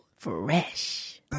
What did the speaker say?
Fresh